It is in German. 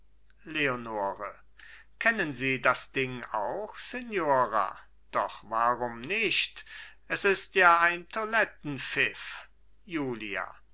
leonore kennen sie das ding auch signora doch warum nicht es ist ja ein toilettenpfiff julia